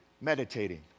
meditating